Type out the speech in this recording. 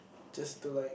just to like